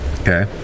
Okay